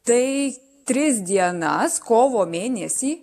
tai tris dienas kovo mėnesį